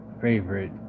favorite